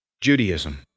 Judaism